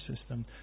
system